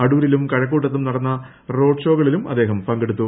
അടൂരിലും കഴക്കൂട്ടത്തും നടന്ന റോഡ് ഷോയിലും അദ്ദേഹം പങ്കെടുത്തു